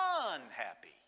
Unhappy